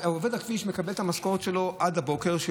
עובד הכביש מקבל את המשכורת שלו על העבודה עד הבוקר.